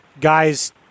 guys